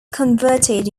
converted